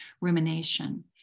rumination